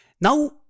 Now